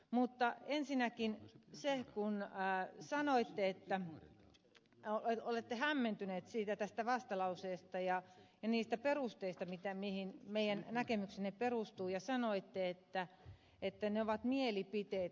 mutta ensinnäkin siihen kun sanoitte että olette hämmentynyt tästä vastalauseesta ja niistä perusteista mihin meidän näkemyksemme perustuu ja sanoitte että ne ovat mielipiteitä